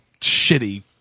shitty